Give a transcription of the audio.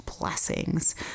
blessings